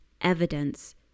evidence